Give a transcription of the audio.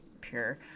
pure